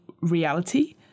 reality